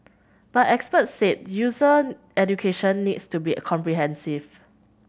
but experts said user education needs to be comprehensive